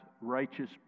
righteous